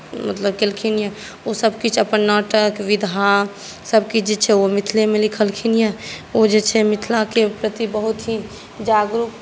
मतलब केलखिन रहय ओ सभ अपन नाटक विधा सभ किछु जे छै ओ मिथिलेमे लिखलखिन यऽ ओ जे छै मिथिलाकेँ प्रति बहुत ही जागरुक